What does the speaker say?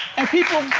and people.